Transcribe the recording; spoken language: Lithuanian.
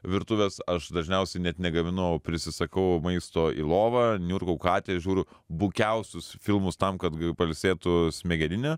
virtuvės aš dažniausiai net negaminau o prisisakau maisto į lovą niurkiau katę žiūriu bukiausius filmus tam kad pailsėtų smegeninė